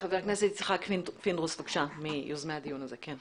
חבר הכנסת יצחק פינדרוס מיוזמי הדיון הזה, בבקשה.